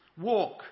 Walk